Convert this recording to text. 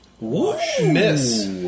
Miss